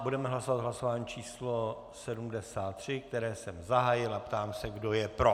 Budeme hlasovat v hlasování číslo 73, které jsem zahájil, a ptám se, kdo je pro.